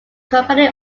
company